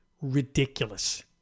ridiculous